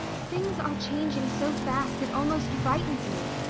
things are changing so fast it almost frightens me,